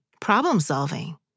problem-solving